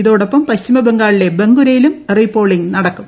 ഇതോടൊപ്പം പശ്ചിമബംഗാളിലെ ബംഗുരയിലും റീപോളിംഗ് നടക്കും